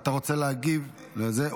אתה רוצה להגיב על זה?